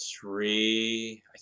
three